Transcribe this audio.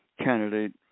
candidate